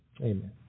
Amen